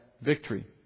victory